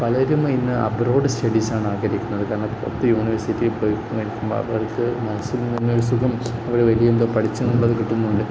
പലരും ഇന്ന് അബ്രോഡ് സ്റ്റഡീസാണ് ആഗ്രഹിക്കുന്നത് കാരണം പുറത്ത് യൂണിവേഴ്സിറ്റി പോയിരിക്കുമ്പോള് അവർക്കു മനസ്സില് ഒരു സുഖം അവര് വലിയ എന്തോ പഠിച്ചു എന്നുള്ളതു കിട്ടുന്നുണ്ട്